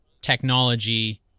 technology